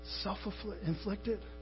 self-inflicted